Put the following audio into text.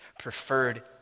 preferred